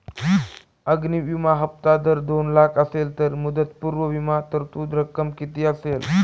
अग्नि विमा हफ्ता जर दोन लाख असेल तर मुदतपूर्व विमा तरतूद रक्कम किती असेल?